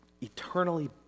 eternally